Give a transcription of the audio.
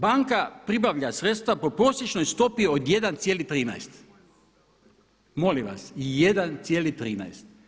Banka pribavlja sredstva po prosječnoj stopi od 1,13, molim vas, 1,13.